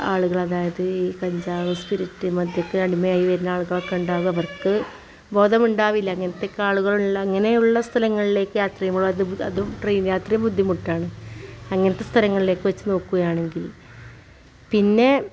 ആളുകൾ അതായത് ഈ കഞ്ചാവ് സ്പിരിറ്റ് മദ്ദ്യത്തിനടിമയായി വരുന്ന ആളുകൾ ഒക്കെ ഉണ്ടാവുക അപ്പം അവർക്ക് ബോധം ഉണ്ടാവില്ല അങ്ങനത്തെ ഒക്കെ ആളുകളുള്ള അങ്ങനെയുള്ള സ്ഥങ്ങളിലേക്ക് യാത്ര ചെയ്യുമ്പോൾ അതും ട്രെയിൻ യാത്ര ബുദ്ധിമുട്ടാണ് അങ്ങനത്തെ സ്ഥലങ്ങളിലൊക്കെ വെച്ച് നോക്കുകയാണെങ്കിൽ പിന്നെ